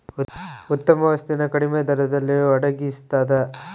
ಉತ್ತಮ ವಸ್ತು ನ ಕಡಿಮೆ ದರದಲ್ಲಿ ಒಡಗಿಸ್ತಾದ